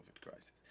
crisis